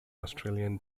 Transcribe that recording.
australian